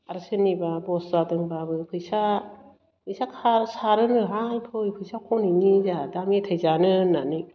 आर सोरनिबा बस जादोंबाबो फैसा फैसा खार सारोनोहाय फै फैसा खनहैनि जोंहा दा मेथाय जानो होन्नानै